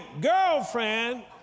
girlfriend